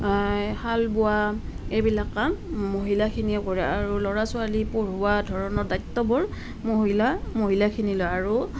শাল বোৱা এইবিলাক কাম মহিলাখিনিয়ে কৰে আৰু ল'ৰা ছোৱালী পঢ়োৱা ধৰণৰ দ্বায়িত্ববোৰ মহিলা মহিলাখিনি লয় আৰু